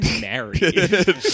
married